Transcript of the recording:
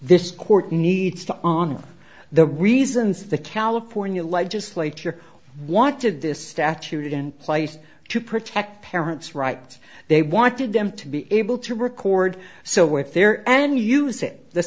this court needs to on the reasons the california legislature want to do this statute in place to protect parents rights they wanted them to be able to record so with there and use